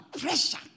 pressure